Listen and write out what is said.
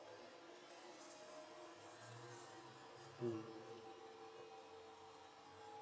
mm